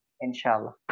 inshallah